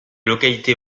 localités